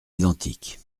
identique